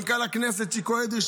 למנכ"ל הכנסת צ'יקו אדרי,